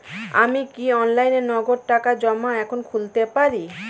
আমি কি অনলাইনে নগদ টাকা জমা এখন খুলতে পারি?